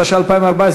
התשע"ה 2014,